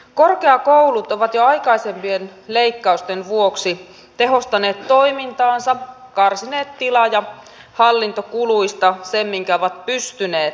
korkeakoulut ovat jo aikaisempien leikkausten vuoksi tehostaneet toimintaansa karsineet tila ja hallintokuluista sen minkä ovat pystyneet